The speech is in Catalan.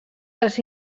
els